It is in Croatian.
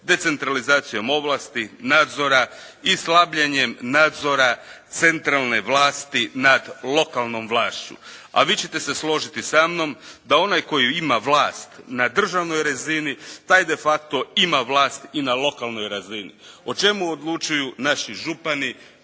decentralizacijom ovlasti, nadzor i slabljenjem nadzora centralne vlasati nad lokalnom vlašću, a vi ćete se složiti sa mnom da onaj tko ima vlast na državnoj razini taj de facto ima vlast i na lokalnoj razini. O čemu odlučuju naši župani,